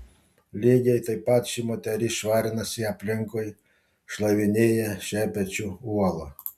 lygiai taip pat šita moteris švarinasi aplinkui šlavinėja šepečiu uolą